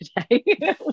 today